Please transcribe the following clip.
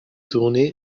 tourné